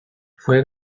fue